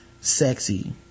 sexy